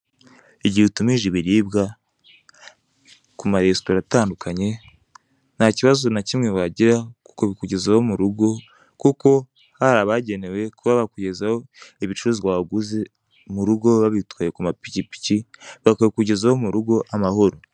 Igihe utumije ibiribwa, ku marestora atandukanye, ntakibazo na kimwe wagira kukubikugezaho murugo, kuko hari abagenewe kuba bakugezaho ibicuruzwa waguze mu rugo babitwaye ku mapikipiki bakabikugezaho mu rugo amahoro.